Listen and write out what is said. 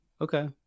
okay